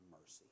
mercy